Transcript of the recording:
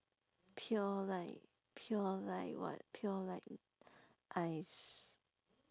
pure like pure like what pure like ice